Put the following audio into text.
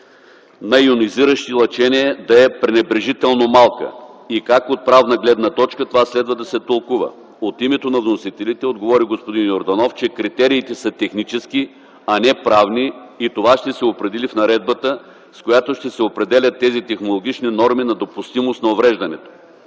на йонизиращи лъчения да е „пренебрежително малка” и как от правна гледна точка това следва да се тълкува? От името на вносителите отговори господин Йорданов, че критериите са технически, а не правни и това ще се определи в наредбата, с която ще се определят тези технологични норми на допустимост на увреждането.